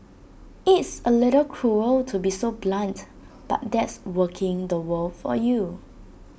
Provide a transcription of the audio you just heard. it's A little cruel to be so blunt but that's working the world for you